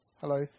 Hello